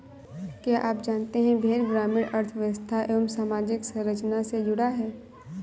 क्या आप जानते है भेड़ ग्रामीण अर्थव्यस्था एवं सामाजिक संरचना से जुड़ा है?